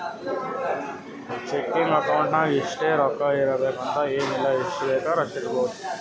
checking account ನಾಗ್ ಇಷ್ಟೇ ರೊಕ್ಕಾ ಇಡಬೇಕು ಅಂತ ಎನ್ ಇಲ್ಲ ಎಷ್ಟಬೇಕ್ ಅಷ್ಟು ಇಡ್ಬೋದ್